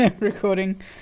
recording